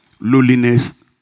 lowliness